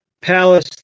Palace